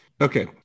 Okay